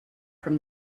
from